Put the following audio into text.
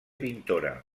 pintora